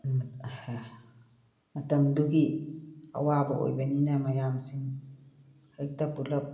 ꯃꯇꯝꯗꯨꯒꯤ ꯑꯋꯥꯕ ꯑꯣꯏꯕꯅꯤꯅ ꯃꯌꯥꯝꯁꯤꯡ ꯍꯦꯛꯇ ꯄꯨꯂꯞ